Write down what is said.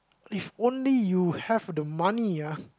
if only you have the money ah